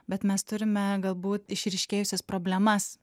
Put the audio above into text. bet mes turime galbūt išryškėjusias problemas